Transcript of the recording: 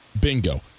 Bingo